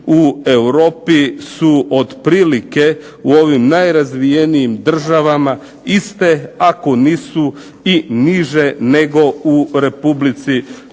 u Europi su otprilike u ovim najrazvijenijim državama iste, ako nisu niže u RH. Kako